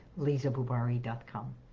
lizabubari.com